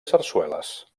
sarsueles